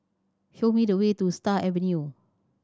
show me the way to Star Avenue